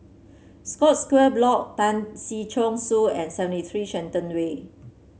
Scotts Square Block Tan Si Chong Su and seventy three Shenton Way